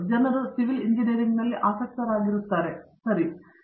ಜನರು ಸಿವಿಲ್ ಎಂಜಿನಿಯರಿಂಗ್ನಲ್ಲಿ ಆಸಕ್ತರಾಗಿರುತ್ತಾರೆ ಒಳ್ಳೆಯದು